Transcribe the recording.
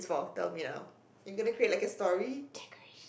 for tell me now are you going to create like a story